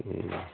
ہوں